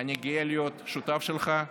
אני גאה להיות שותף שלך,